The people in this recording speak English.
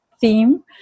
theme